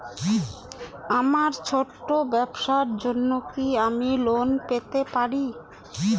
আমার ছোট্ট ব্যাবসার জন্য কি আমি লোন পেতে পারি?